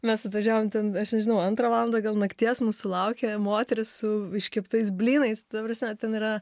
mes atvažiavom ten aš nežinau antrą valandą gal nakties mūsų laukė moteris su iškeptais blynais ta prasme ten yra